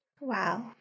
Wow